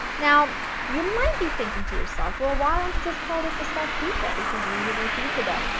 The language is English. now you might be thinking to yourself well why don't you just call this a stuffed pizza because you're using pizza dough.